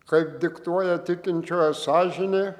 kaip diktuoja tikinčiojo sąžinė